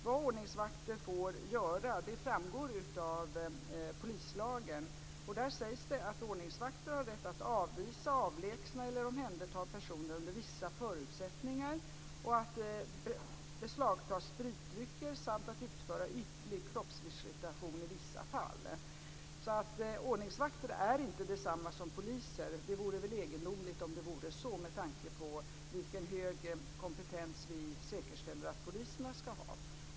Vad ordningsvakter får göra framgår av polislagen. Där sägs det att ordningsvakter har rätt att avvisa, avlägsna eller omhänderta personer under vissa förutsättningar och att beslagta spritdrycker samt att utföra ytlig kroppsvisitation i vissa fall. Ordningsvakter är inte detsamma som poliser. Det vore väl egendomligt om det vore så, med tanke på vilken hög kompetens vi säkerställer att poliserna har.